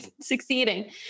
succeeding